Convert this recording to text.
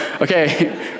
okay